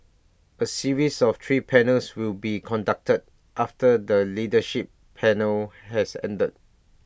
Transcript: A series of three panels will be conducted after the leadership panel has ended